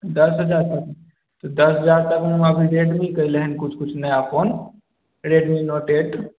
दश हजार तकमे तऽ दश हजार तकमे अभी रेडमीके अयलै हन किछु किछु नया फोन रेडमी नोट एट